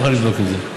מוכן לבדוק את זה.